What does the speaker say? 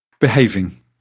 behaving